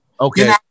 Okay